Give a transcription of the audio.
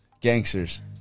gangsters